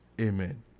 Amen